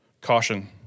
caution